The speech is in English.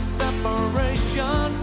separation